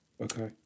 okay